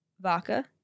vodka